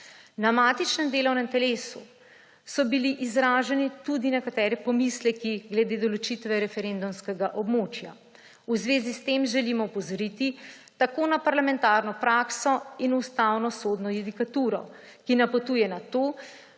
Na matičnem delovnem telesu so bili izraženi tudi nekateri pomisleki glede določitve referendumskega območja. V zvezi s tem želim opozoriti tako na parlamentarno prakso in ustavnosodno judikaturo, ki napotuje na to,